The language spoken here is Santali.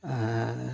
ᱟᱨ